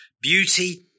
beauty